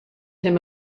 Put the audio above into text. him